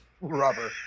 rubber